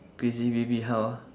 crazy baby how ah